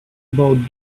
about